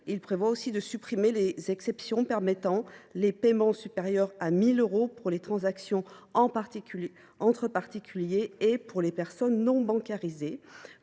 Il prévoit aussi de supprimer les exceptions permettant des paiements supérieurs à 1 000 euros pour les transactions entre particuliers et pour les personnes non bancarisées.